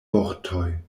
vortoj